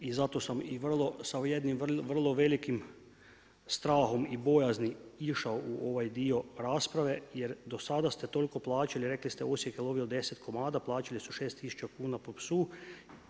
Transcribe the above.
I zato sam i vrlo, sa jednim vrlo velikim strahom i bojaznima išao u ovaj dio rasprave, jer do sada ste toliko plaćali i rekli ste Osijek je lovio 10 komada, plaćali su 6000 kuna po psu.